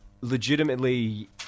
legitimately